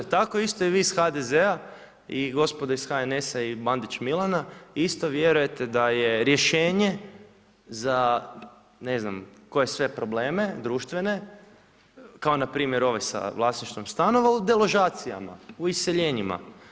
Tako isto i vi iz HDZ-a i gospoda iz HNS-a i Bandić Milana, isto vjerujete da je rješenje za ne znam koje sve probleme društvene, kao npr. ovaj sa vlasništvom stanova, u deložacijama, u iseljenjima.